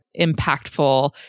impactful